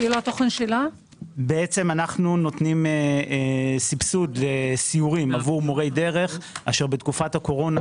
אנחנו נותנים סבסוד סיורים עבור מורי דרך שבתקופת הקורונה